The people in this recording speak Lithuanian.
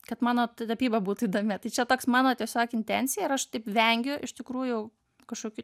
kad mano tapyba būtų įdomi tai čia toks mano tiesiog intencija ir aš taip vengiu iš tikrųjų kažkokių